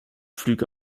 flüge